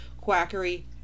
quackery